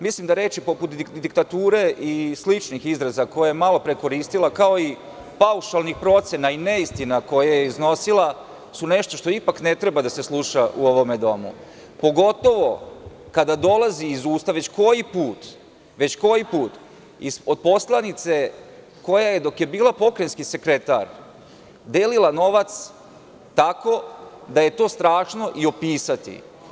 Mislim da reči poput diktature i sličnih izraza koje je malopre koristila, kao i paušalnih procena i neistina koje je iznosila su nešto što ipak ne treba da se sluša u ovom domu, pogotovo kada dolazi uz usta već koji put, već koji put, od poslanice koja je dok je bila pokrajinski sekretar delila novac tako da je to strašno i opisati.